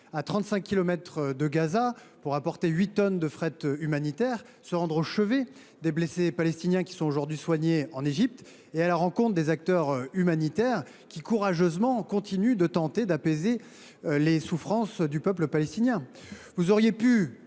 a parlé !… pour apporter huit tonnes de fret humanitaire, se rendre au chevet des blessés palestiniens, qui sont aujourd’hui soignés en Égypte, et aller à la rencontre des acteurs humanitaires qui continuent courageusement de tenter d’apaiser les souffrances du peuple palestinien.